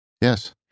Yes